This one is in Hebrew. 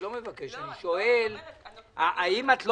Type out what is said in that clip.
אני רק שואל האם את,